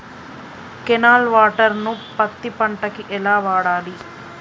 Canal water ను పత్తి పంట కి ఎలా వాడాలి?